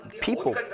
People